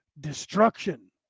destruction